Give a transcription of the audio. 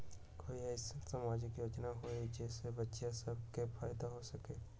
कोई अईसन सामाजिक योजना हई जे से बच्चियां सब के फायदा हो सके?